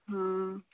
ହଁ